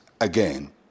again